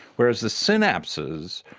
whereas the synapses,